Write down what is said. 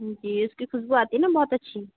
जी जी इसकी ख़ुशबू आती है न बहुत अच्छी